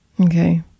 Okay